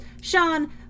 Sean